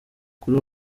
kuri